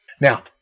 Now